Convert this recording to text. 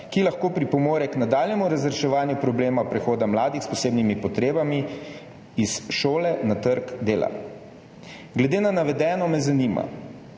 ki lahko pripomore k nadaljnjemu razreševanju problema prehoda mladih s posebnimi potrebami iz šole na trg dela. Glede na navedeno me zanima: